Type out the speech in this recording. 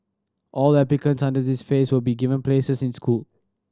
all applicants under this phase will be given places in school